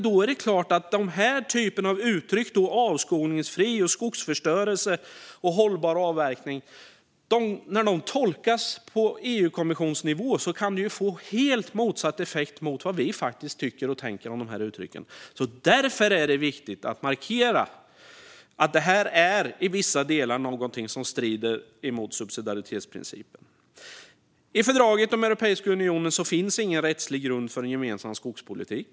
Då är det klart att när den här typen av uttryck - avskogningsfri, skogsförstörelse och hållbar avverkning - tolkas på EU-kommissionsnivå kan det få helt motsatt effekt mot vad vi tycker och tänker om dem. Därför är det viktigt att markera att detta är något som i vissa delar strider mot subsidiaritetsprincipen. I fördraget om Europeiska unionen finns ingen rättslig grund för en gemensam skogspolitik.